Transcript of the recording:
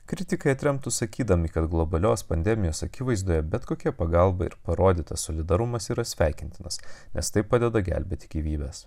kritikai atremtų sakydami kad globalios pandemijos akivaizdoje bet kokia pagalba ir parodytas solidarumas yra sveikintinas nes tai padeda gelbėti gyvybes